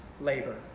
labor